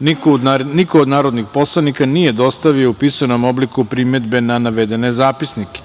niko od narodnih poslanika nije dostavio u pisanom obliku primedbe na navedene zapisnike.